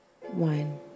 one